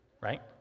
right